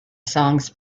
songs